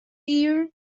year